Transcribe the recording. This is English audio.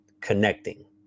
connecting